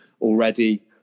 already